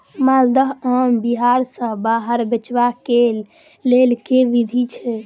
माल्दह आम बिहार सऽ बाहर बेचबाक केँ लेल केँ विधि छैय?